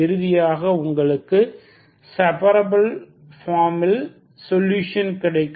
இறுதியாக உங்களுக்கு செபரப்பில் பார்மில் சொல்யூஷன் கிடைக்கும்